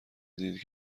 دیدید